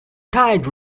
tide